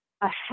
ahead